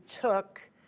took